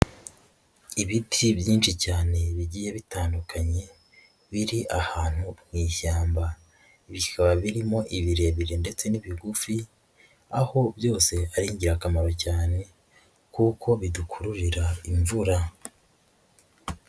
Ibiti byinshi cyane bigiye bitandukanye biri ahantu mu ishyamba, bikaba birimo ibirebire ndetse n'ibigufi, aho byose ari ingirakamaro cyane kuko bidukururira imvura.